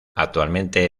actualmente